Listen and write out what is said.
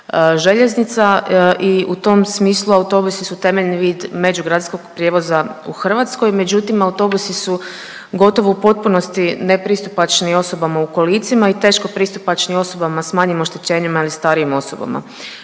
željeznica i u tom smislu autobusi su temeljni vid međugradskog prijevoza u Hrvatskoj, međutim autobusi su gotovo u potpunosti nepristupačni osobama u kolicima i teško pristupačni osobama s manjim oštećenjima ili starijim osobama.